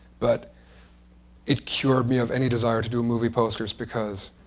but it cured me of any desire to do movie posters because,